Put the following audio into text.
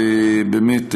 באמת,